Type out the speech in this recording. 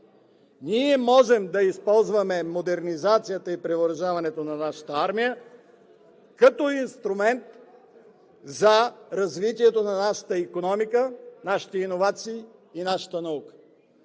Ние можем да използваме модернизацията и превъоръжаването на нашата армия като инструмент за развитието на нашата икономика, нашите иновации и нашата наука.